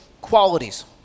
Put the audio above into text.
qualities